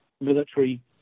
military